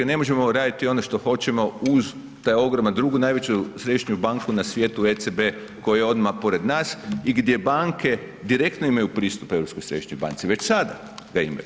Ne možemo raditi ono što hoćemo uz taj ogroman, drugu najveću središnju banku na svijetu ECB koja je odmah pored nas i gdje banke direktno imaju pristup Europskoj središnjoj banci već sada ga imaju.